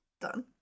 Done